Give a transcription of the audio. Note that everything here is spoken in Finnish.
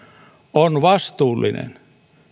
on vastuullinen